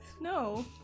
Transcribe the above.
No